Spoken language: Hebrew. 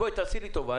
תעשי לי טובה,